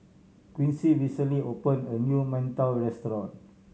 Quincy recently opened a new mantou restaurant